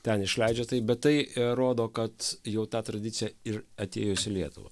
ten išleidžia tai bet tai rodo kad jau ta tradicija ir atėjus į lietuvą